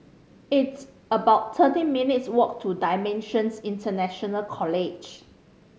it's about thirteen minutes' walk to Dimensions International College